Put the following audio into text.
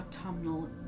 autumnal